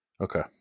Okay